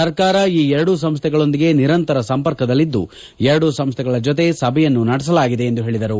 ಸರ್ಕಾರ ಈ ಎರಡೂ ಸಂಸ್ಥೆಗಳೊಂದಿಗೆ ನಿರಂತರ ಸಂಪರ್ಕದಲ್ಲಿದ್ದು ಎರಡೂ ಸಂಸ್ಥೆಗಳ ಜೊತೆ ಸಭೆಯನ್ನೂ ನಡೆಸಲಾಗಿದೆ ಎಂದು ಹೇಳಿದರು